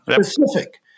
specific